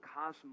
cosmos